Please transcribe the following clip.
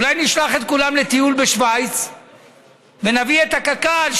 אולי נשלח את כולם לטיול בשווייץ ונביא את קק"ל,